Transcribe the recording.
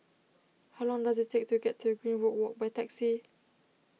how long does it take to get to Greenwood Walk by taxi